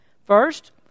First